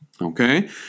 Okay